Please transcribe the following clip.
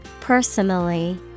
Personally